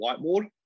whiteboard